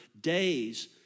days